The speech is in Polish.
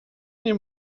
nie